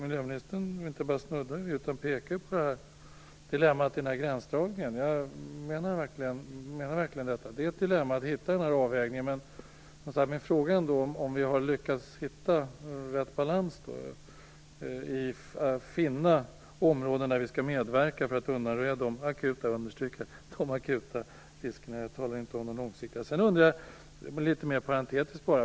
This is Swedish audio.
Miljöministern inte bara snuddar vid utan pekar också på det här dilemmat med gränsdragningen. Jag menar verkligen detta: Det är ett dilemma att hitta den här avvägningen. Men min fråga är ändå om vi har lyckats hitta rätt balans när det gäller att finna områden där vi kan medverka till att undanröja de akuta riskerna. Jag vill understryka att jag inte talar om de långsiktiga. Sedan undrar jag en sak till, litet mer parentetiskt.